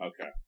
Okay